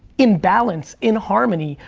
in balance, in harmony,